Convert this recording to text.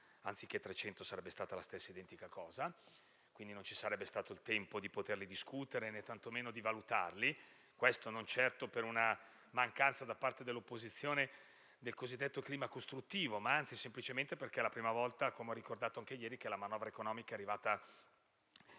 anziché oltre 300, sarebbe stata la stessa cosa: non ci sarebbe stato il tempo di discuterli né tantomeno di valutarli, non certo per una mancanza da parte dell'opposizione del cosiddetto clima costruttivo, ma semplicemente perché è la prima volta, come ho ricordato anche ieri, che la manovra economica è arrivata